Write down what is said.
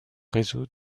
réseaux